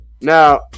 Now